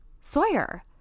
Sawyer